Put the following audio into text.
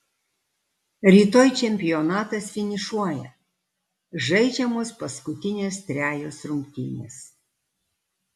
rytoj čempionatas finišuoja žaidžiamos paskutinės trejos rungtynės